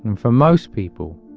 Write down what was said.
and for most people,